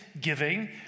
giving